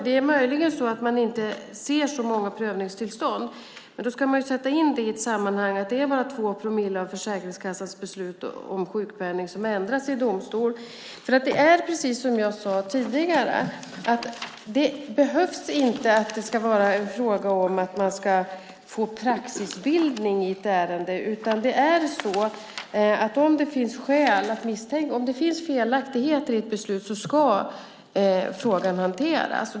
Det är möjligen så att man inte ser så många prövningstillstånd, men då ska man sätta in i sammanhanget att det bara är 2 promille av Försäkringskassans beslut om sjukpenning som ändras i domstol. Precis som jag sade tidigare behöver det inte vara fråga om att få praxisbildning i ett ärende. Om det finns felaktigheter i ett beslut ska frågan hanteras.